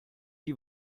die